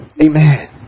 Amen